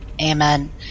amen